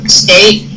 state